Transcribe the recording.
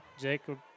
Jacob